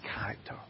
character